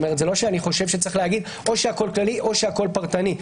זה לא שאני חושב שיש לומר: או הכול כללי או הכול פרטני.